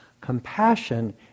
compassion